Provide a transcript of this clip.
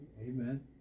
Amen